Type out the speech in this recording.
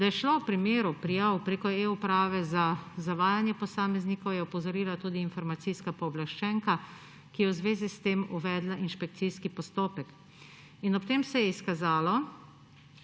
Da je šlo v primeru prijav preko e-uprave za zavajanje posameznikov, je opozorila tudi informacijska pooblaščenka, ki je v zvezi s tem uvedla inšpekcijski postopek. Ob tem se je tudi izkazalo,